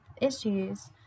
issues